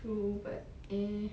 true but eh